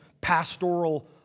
pastoral